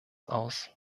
aus